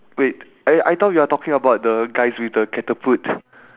wait I I thought we're talking about the guys with the catapult